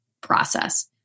process